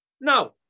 Now